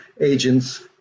agents